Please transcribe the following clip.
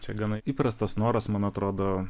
čia gana įprastas noras man atrodo